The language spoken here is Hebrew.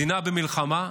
מדינה במלחמה,